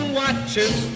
watches